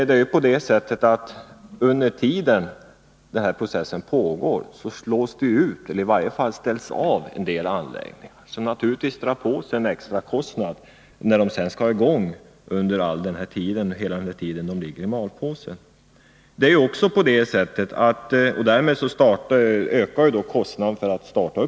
Nr 38 Under tiden som processen pågår slås en del anläggningar ut — eller de ställs i Fredagen den varje fall av — något som naturligtvis drar med sig ökade kostnader under den 27 november 1981 tid då de ligger i malpåse, och när de sedan skall sättas i gång igen blir det extra kostnader för att starta dem.